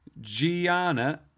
Gianna